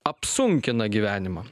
apsunkina gyvenimą